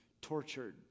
tortured